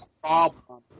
problem